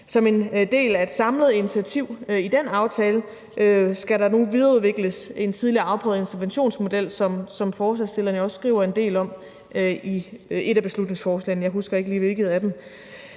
Som en del af et samlet initiativ i den aftale skal der nu videreudvikles en tidligere afprøvet interventionsmodel, som forslagsstillerne også skriver en del om i et af beslutningsforslagene – jeg husker ikke lige i hvilket af dem.